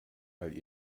weil